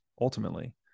ultimately